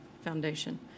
foundation